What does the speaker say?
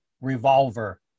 Revolver